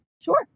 Sure